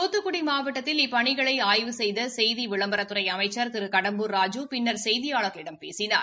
தூத்துக்குடி மாவட்டத்தில் இப்பணிகளை ஆய்வு செய்த செய்தி விளம்பரத்துறை அமைச்சா் திரு கடம்பூர் ராஜூ பின்னர் செய்தியாளர்களிடம் பேசினார்